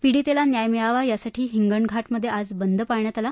पीडितेला न्याय मिळावा यासाठी हिंगणघाटमधे आज बंद पाळण्यात आला